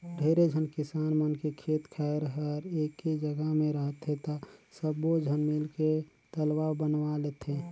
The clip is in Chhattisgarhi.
ढेरे झन किसान मन के खेत खायर हर एके जघा मे रहथे त सब्बो झन मिलके तलवा बनवा लेथें